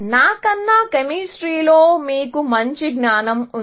నాకన్నా కెమిస్ట్రీలో మీకు మంచి జ్ఞానం ఉంది